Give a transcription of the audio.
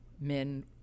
Men